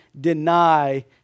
deny